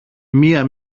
μια